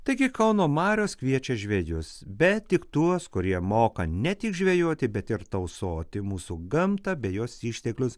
taigi kauno marios kviečia žvejus bet tik tuos kurie moka ne tik žvejoti bet ir tausoti mūsų gamtą bei jos išteklius